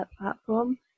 platform